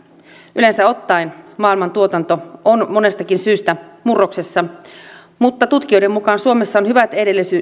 yleensä ottaen maailman tuotanto on monestakin syystä murroksessa mutta tutkijoiden mukaan suomessa on hyvät